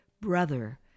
brother